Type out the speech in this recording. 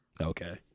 Okay